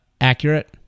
accurate